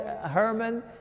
Herman